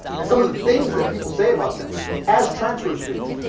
and some of the things that people say about them as transfer students.